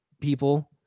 people